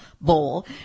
bowl